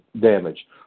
damage